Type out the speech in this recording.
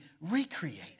recreated